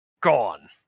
gone